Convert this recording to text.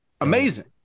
Amazing